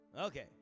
Okay